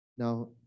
Now